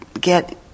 get